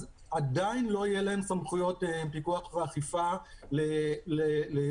עדיין לא יהיו להם סמכויות פיקוח ואכיפה לתקנות